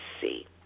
see